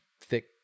thick